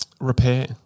repair